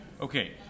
Okay